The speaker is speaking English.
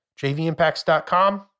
jvimpacts.com